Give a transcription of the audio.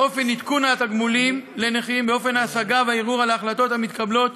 אופן עדכון התגמולים לנכים ואופן ההשגה והערעור על ההחלטות המתקבלות